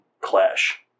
clash